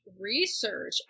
research